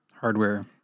Hardware